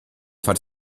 far